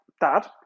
dad